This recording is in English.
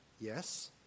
yes